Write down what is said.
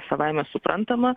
savaime suprantama